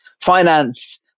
finance